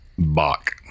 Bach